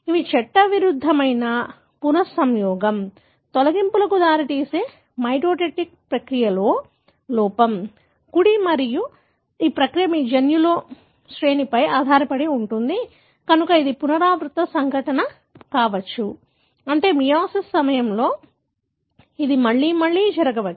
ఇవి చట్టవిరుద్ధమైన పునఃసంయోగం తొలగింపులకు దారితీసే మైటోటిక్ ప్రక్రియలో లోపం కుడి మరియు ఈ ప్రక్రియ మీ జన్యు శ్రేణిపై ఆధారపడి ఉంటుంది కనుక ఇది పునరావృత సంఘటన కావచ్చు అంటే మియోసిస్ సమయంలో ఇది మళ్లీ మళ్లీ జరగవచ్చు